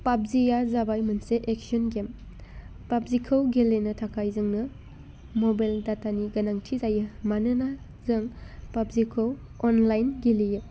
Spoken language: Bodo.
पाबजिया जाबाय मोनसे एक्सन गेम पाबजिखौ गेलेनो थाखाय जोंनो मबाइल डाटानि गोनांथि जायो मानोना जों पाबजिखौ अनलाइन गेलेयो